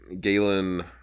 Galen